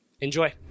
enjoy